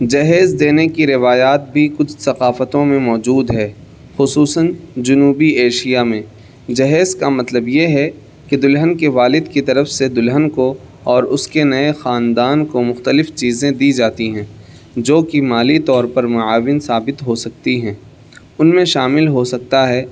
جہیز دینے کی روایات بھی کچھ ثقافتوں میں موجود ہے خصوصاً جنوبی ایشیا میں جہیز کا مطلب یہ ہے کہ دلہن کے والد کی طرف سے دلہن کو اور اس کے نئے خاندان کو مختلف چیزیں دی جاتی ہیں جو کہ مالی طور پر معاون ثابت ہو سکتی ہیں ان میں شامل ہو سکتا ہے